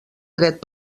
dret